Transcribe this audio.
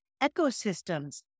ecosystems